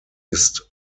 ist